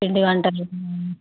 పిండి వంటలు